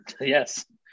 Yes